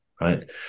right